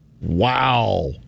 Wow